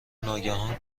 ناگهان